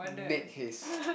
make haste